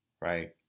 right